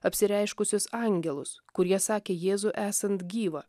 apsireiškusius angelus kurie sakė jėzų esant gyvą